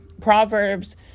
Proverbs